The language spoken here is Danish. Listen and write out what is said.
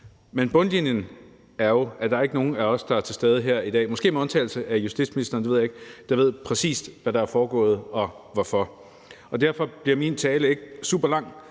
den anden side, at der ikke er nogen af os, der er til stede her i dag – måske med undtagelse af justitsministeren, det ved jeg ikke – der ved præcis, hvad der er foregået og hvorfor. Derfor bliver min tale ikke super lang,